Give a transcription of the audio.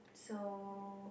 so